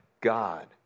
God